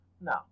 No